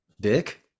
Dick